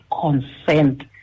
consent